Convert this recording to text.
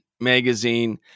Magazine